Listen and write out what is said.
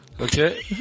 Okay